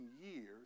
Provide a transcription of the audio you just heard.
years